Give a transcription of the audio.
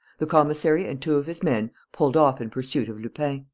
the commissary and two of his men pulled off in pursuit of lupin.